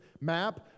map